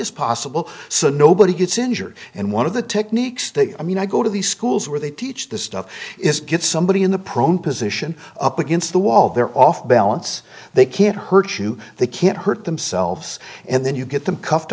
as possible so nobody gets injured and one of the techniques they i mean i go to these schools where they teach this stuff is get somebody in the prone position up against the wall they're off balance they can't hurt you they can't hurt themselves and then you get them c